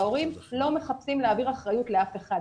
ההורים לא מחפשים להעביר אחריות לאף אחד,